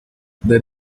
there